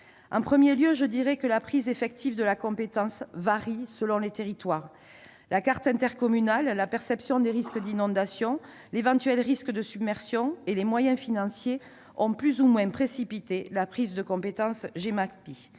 d'abord, je dirai que la prise effective de compétence varie selon les territoires. La carte intercommunale, la perception des risques d'inondation, l'éventuel risque de submersion et les moyens financiers ont plus ou moins précipité la prise de compétence Gemapi.